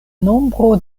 nombro